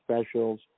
specials